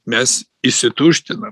mes išsituština